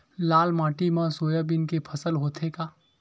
लाल माटी मा सोयाबीन के फसल होथे का?